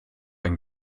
ein